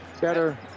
better